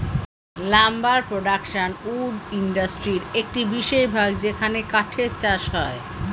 lumber production wood ইন্ডাস্ট্রির একটি বিশেষ ভাগ যেখানে কাঠের চাষ হয়